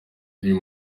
uyu